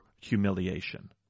humiliation